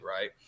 right